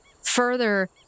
further